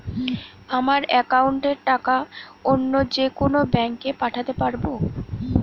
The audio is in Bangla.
আমার একাউন্টের টাকা অন্য যেকোনো ব্যাঙ্কে পাঠাতে পারব?